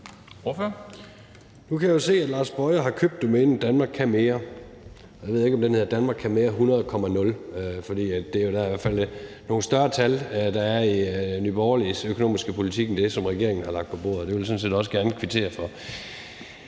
kan jeg jo se, at hr. Lars Boje Mathiesen har købt domænet www.danmarkkanmere.dk, og nu ved jeg ikke, om den hedder Danmark kan mere 100.0, for det er jo i hvert fald nogle større tal, der er i Nye Borgerliges økonomiske politik, end dem, som regeringen har lagt på bordet, og det vil jeg sådan set også gerne kvittere for.